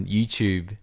YouTube